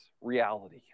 reality